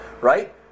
right